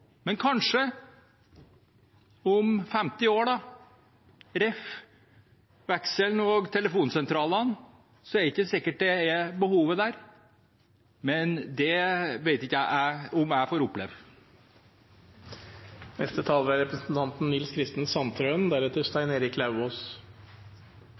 Men kanskje om 50 år – refererer til vekselen og telefonsentralen – er det ikke sikkert behovet er der. Men det vet jeg ikke om jeg får oppleve. Mysen trafikkstasjon er